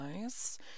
nice